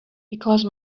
because